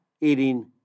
eating